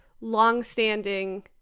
longstanding